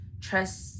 trust